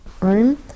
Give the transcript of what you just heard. room